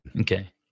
Okay